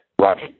Roger